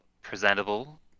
presentable